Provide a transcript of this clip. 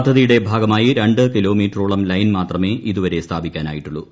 പദ്ധതിയുടെ ഭാഗമായി രണ്ട് കിലോമീറ്ററോളം ലൈൻ മാത്രമേ ഇതുവരെ സ്ഥാപിക്കാനായിട്ടുള്ളൂ